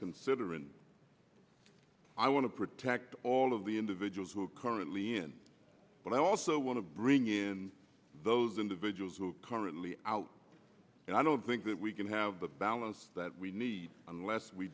considering i want to protect all of the individuals who are currently in but i also want to bring in those individuals who currently out and i don't think that we can have the balance that we need unless we